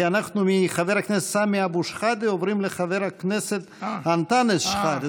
כי אנחנו מחבר הכנסת סמי אבו שחאדה עוברים לחבר הכנסת אנטאנס שחאדה.